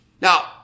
Now